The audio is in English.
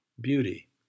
beauty